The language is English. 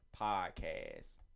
Podcast